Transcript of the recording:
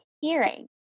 hearing